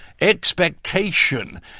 Expectation